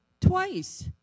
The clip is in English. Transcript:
twice